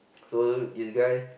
so this guy